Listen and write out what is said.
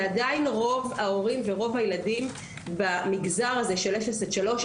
זה עדיין רוב ההורים ורוב הילדים במגזר הזה של אפס עד שלוש.